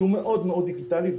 שהוא מאוד מאוד דיגיטלי,